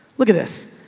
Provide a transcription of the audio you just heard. look at this.